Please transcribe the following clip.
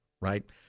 right